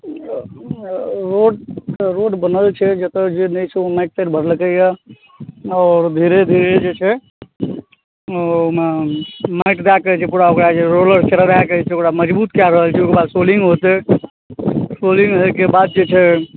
road बनल छै जतौ जे नहि छै ओ मटि तैंटि भरेलकै यऽ आओर धीरे धीरे जे छै ओहिमे मटि दए कऽ जे पूरा ओकरा जे रोलर चलबाकए जे से ओकरा मज़बूत कए रहल छै ओकर बाद सोलिंग होतै सोलिंग होइ के बाद जे छै